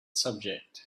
subject